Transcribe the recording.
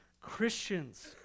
Christians